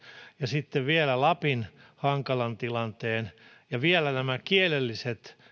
ja sitten vielä lapin hankalan tilanteen ja vielä nämä kielelliset